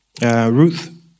Ruth